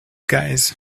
guys